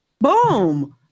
Boom